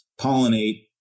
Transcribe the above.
pollinate